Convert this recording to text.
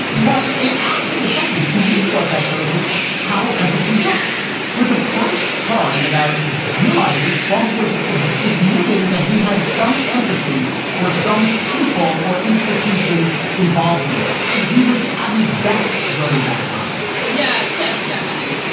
but it actually affected to me what that shows is how empathy works for the first time without. realizing it, trump was admitting that he had some empathy for some people or institutions involved in this and he was at his best during that time yeah, yeah. so i mean,